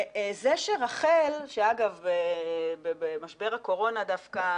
זה שרח"ל, שאגב, במשבר הקורונה דווקא